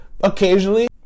occasionally